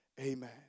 amen